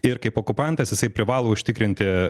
ir kaip okupantas jisai privalo užtikrinti